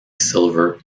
silver